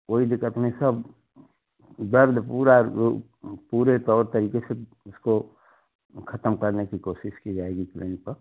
कोई भी तकनीक सब दर्द पूरा रो पूरे तौर तरीक़े से इसको ख़त्म करने की कोशिश की जाएगी तुरंत